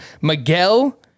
Miguel